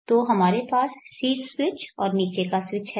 तो हमारे पास शीर्ष स्विच और नीचे का स्विच है